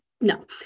no